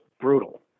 brutal